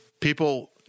People